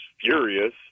furious